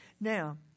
Now